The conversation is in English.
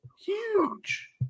Huge